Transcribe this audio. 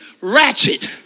ratchet